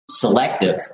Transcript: selective